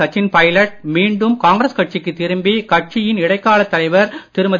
சச்சின் பைலட் மீண்டும் காங்கிரஸ் கட்சிக்கு திரும்பி கட்சியின் இடைக்காலத் தலைவர் திருமதி